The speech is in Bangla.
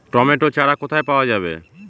টমেটো চারা কোথায় পাওয়া যাবে?